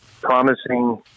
promising